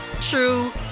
true